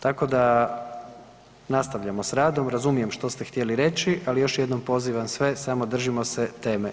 Tako da nastavljamo s radom, razumijem što ste htjeli reći, ali još jednom pozivam sve samo držimo se teme.